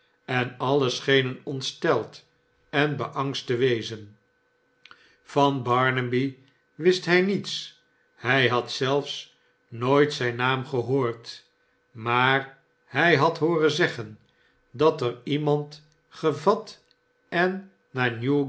en alien schenen ontsteld en beangst te wezen van barnaby wist hij niets hij had zelfs nooit zijn naam gehoord maar hij bad hooren zeggen dat er iemand gevat en